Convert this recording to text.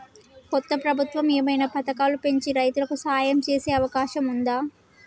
కొత్త ప్రభుత్వం ఏమైనా పథకాలు పెంచి రైతులకు సాయం చేసే అవకాశం ఉందా?